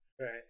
Right